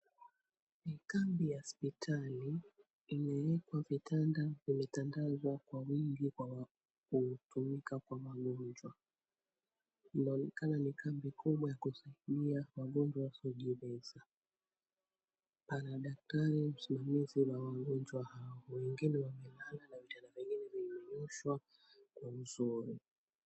Ni kambi ya sipitali imeekwa vitanda vimetandazwa kwa wingi kwa wanaotumika kwa magonjwa. Inaonekana ni kambi kubwa ya kusaidia wagonjwa wasiojiweza, pana daktari, msimamizi na wagonjwa hao wengine wamelala na vitanda vingine vimenyooshwa kwa uzuri.